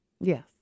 Yes